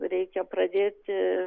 reikia pradėti